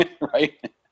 right